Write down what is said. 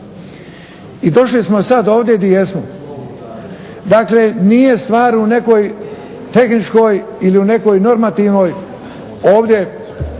I došli smo sad ovdje di jesmo. Dakle, nije stvar u nekoj tehničkoj ili u nekoj normativnoj ovdje